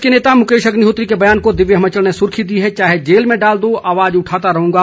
विपक्ष के नेता मुकेश अग्निहोत्री के बयान को दिव्य हिमाचल ने सुर्खी दी है चाहे जेल में डाल दो आवाज उठाता रहूंगा